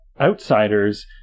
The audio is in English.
outsiders